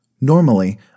Normally